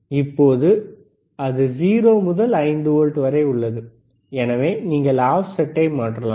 ஆனால் இப்போது அது 0 முதல் 5 வோல்ட் வரை உள்ளது எனவே நீங்கள் ஆஃப்செட்டை மாற்றலாம்